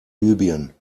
libyen